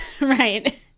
Right